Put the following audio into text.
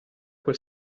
quel